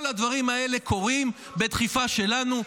כל הדברים האלה קורים בדחיפה שלנו.